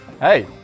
hey